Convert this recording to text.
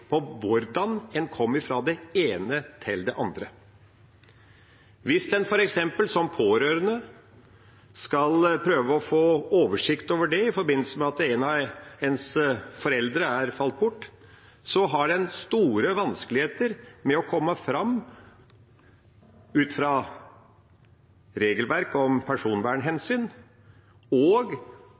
på hvordan en kom fra det ene til det andre. Hvis en f.eks. som pårørende skal prøve å få oversikt over dette i forbindelse med at en av ens foreldre er falt bort, har en store vanskeligheter med å komme fram, ut fra regelverk om personvernhensyn og